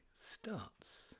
starts